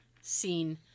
Scene